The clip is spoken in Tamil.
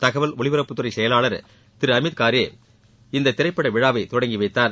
தகவல் ஒலிபரப்புத்துறை செயலாளர் திரு அமீத் காரே இந்த திரைப்பட விழாவை தொடங்கி வைத்தார்